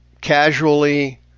casually